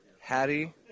Hattie